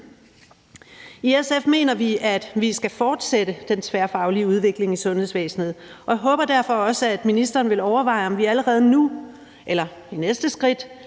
I SF mener vi, at vi skal fortsætte den tværfaglige udvikling i sundhedsvæsenet, og jeg håber derfor også, at ministeren vil overveje, om vi allerede nu eller i næste skridt